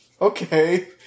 Okay